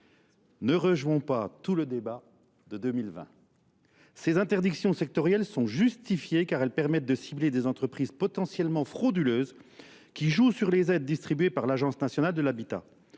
Ne rejoint pas tout le débat de 2020. Ces interdictions sectorielles sont justifiées car elles permettent de cibler des entreprises potentiellement frauduleuses qui jouent sur les aides distribuées par l'Agence nationale de l'Habitat.